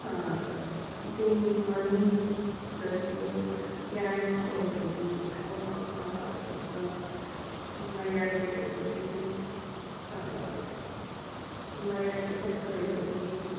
ꯌꯨꯝ ꯃꯅꯨꯡꯗꯁꯨ ꯌꯥꯏꯃ ꯑꯣꯏꯕꯒꯤ ꯑꯋꯥꯕ ꯑꯗꯨꯒ ꯃꯌꯥꯏꯗ ꯂꯩꯕꯒꯤ ꯑꯥ ꯃꯌꯥꯏꯗ ꯆꯞꯄ ꯂꯩꯕꯒꯤ